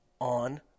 on